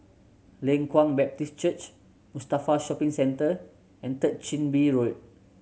Leng Kwang Baptist Church Mustafa Shopping Centre and Third Chin Bee Road